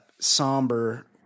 somber